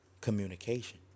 communication